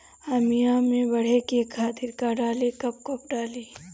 आमिया मैं बढ़े के खातिर का डाली कब कब डाली?